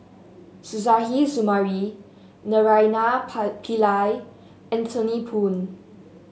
Suzairhe Sumari Naraina Pie Pillai Anthony Poon